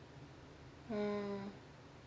mm